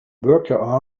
worker